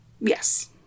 Yes